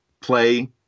play –